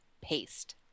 paste